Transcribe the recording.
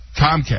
Comcast